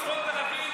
אני רוצה גם בחירה.